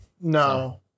No